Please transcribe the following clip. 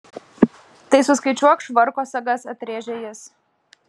tai suskaičiuok švarko sagas atrėžė jis